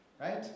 right